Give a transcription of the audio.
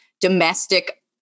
domestic